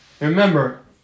Remember